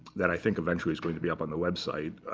that i think, eventually, is going to be up on the website.